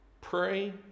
Pray